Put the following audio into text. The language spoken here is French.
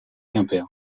quimper